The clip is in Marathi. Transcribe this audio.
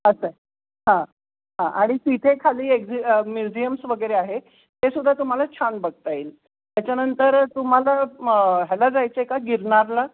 असं आहे हां हां आणि तिथे खाली एक्झि म्युझियम्स वगैरे आहे तेसुद्धा तुम्हाला छान बघता येईल त्याच्यानंतर तुम्हाला मग ह्याला जायचे का गिरनारला